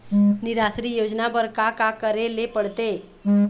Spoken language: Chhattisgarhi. निराश्री योजना बर का का करे ले पड़ते?